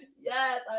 Yes